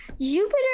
Jupiter